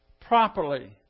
properly